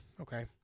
Okay